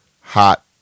hot